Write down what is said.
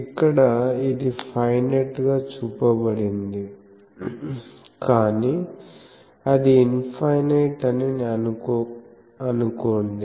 ఇక్కడ ఇది ఫైనైట్ గా చూపబడిందికానీ అది ఇన్ఫైనైట్ అని అనుకోండి